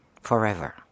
forever